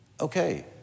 Okay